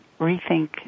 rethink